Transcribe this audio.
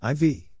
IV